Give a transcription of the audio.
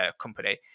company